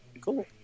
Cool